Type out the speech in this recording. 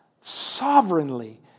sovereignly